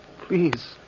Please